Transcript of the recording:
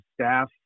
staff